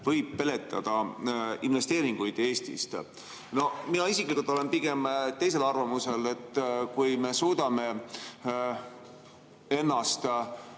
võib peletada investeeringuid Eestist eemale. Mina isiklikult olen pigem teisel arvamusel. Kui me suudame ennast